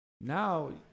now